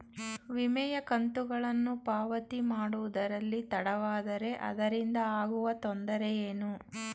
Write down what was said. ವಿಮೆಯ ಕಂತುಗಳನ್ನು ಪಾವತಿ ಮಾಡುವುದರಲ್ಲಿ ತಡವಾದರೆ ಅದರಿಂದ ಆಗುವ ತೊಂದರೆ ಏನು?